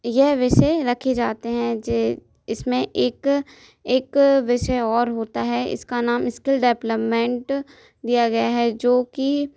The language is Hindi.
यह विषय रखे जाते हैं जे इसमें एक एक विषय और होता है इसका नाम इस्किल डैपलबमैंट दिया गया है जो कि